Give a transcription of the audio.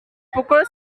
pukul